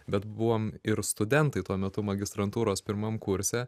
bet buvom ir studentai tuo metu magistrantūros pirmam kurse